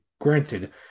granted